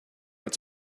its